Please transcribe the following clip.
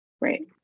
right